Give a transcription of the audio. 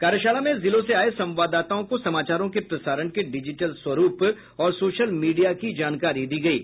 कार्यशाला में जिलों से आये संवाददाताओं को समाचारों के प्रसारण के डिजिटल स्वरूप और सोशल मीडिया की जानकारी दी गयी